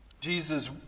Jesus